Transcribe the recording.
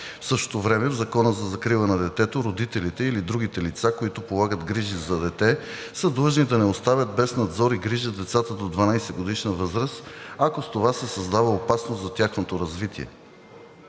В същото време в Закона за закрила на детето родителите или другите лица, които полагат грижи за дете, са длъжни да не оставят без надзор и грижа децата до 12-годишна възраст, ако с това се създава опасност за тяхното развитие.